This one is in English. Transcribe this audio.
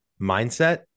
mindset